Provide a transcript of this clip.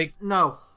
no